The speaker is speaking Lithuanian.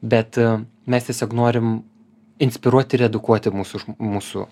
bet mes tiesiog norim inspiruoti ir edukuoti mūsų žm mūsų